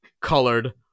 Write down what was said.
colored